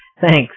Thanks